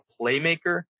playmaker